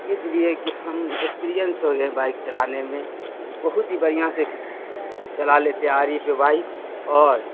اس لیے کہ ہم ایکسپریئنس ہو گئے بائک چلانے میں بہت ہی بڑھیا سے چلا لیتے آری پہ بائک اور